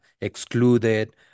excluded